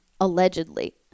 allegedly